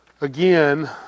again